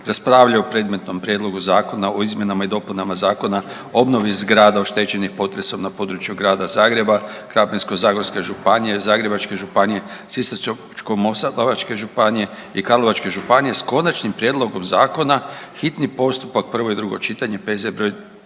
raspravljao o predmetnom Prijedlogu Zakona o izmjenama i dopunama Zakona o obnovi zgrada oštećenih potresom na području Grada Zagreba, Krapinsko-zagorske županije, Zagrebačke županije, Sisačko-moslavačke županije i Karlovačke županije s konačnim prijedlogom zakona, hitni postupak, prvo i drugo čitanje, P.Z. broj